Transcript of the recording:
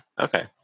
Okay